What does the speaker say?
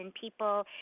people